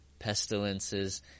pestilences